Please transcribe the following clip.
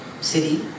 city